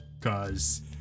cause